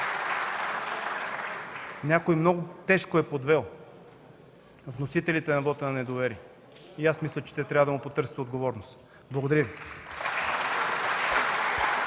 Някой много тежко е подвел вносителите на вота на недоверие и аз мисля, че те трябва да му потърсят отговорност. Благодаря Ви.